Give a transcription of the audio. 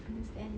understand